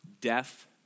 death